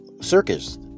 circus